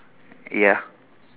ya